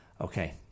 okay